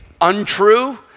untrue